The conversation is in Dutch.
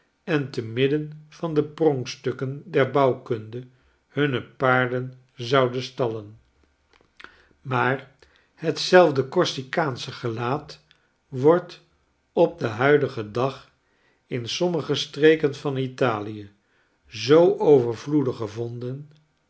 en te midden van de pronkstukken der bouwkunde hunne paarden zouden stallen maar hetzelfde korsikaansche gelaat wordt op den huidigen dag in sommige streken van italie zoo overvloedig gevonden